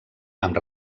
amb